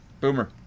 Boomer